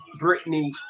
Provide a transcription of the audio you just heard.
Britney